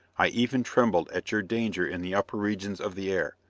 i even trembled at your danger in the upper regions of the air!